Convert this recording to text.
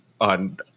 on